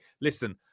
listen